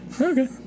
Okay